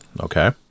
Okay